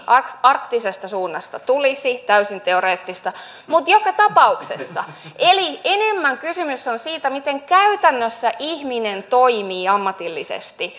arktisesta suunnasta tulisi täysin teoreettista mutta joka tapauksessa eli enemmän kysymys on siitä miten käytännössä ihminen toimii ammatillisesti